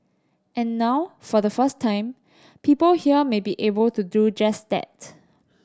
and now for the first time people here may be able to do just that